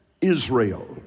Israel